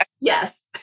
Yes